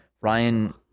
Ryan